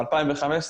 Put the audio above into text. בשנת 2015,